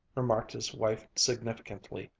remarked his wife significantly,